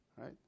right